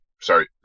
sorry